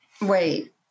wait